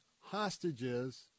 hostages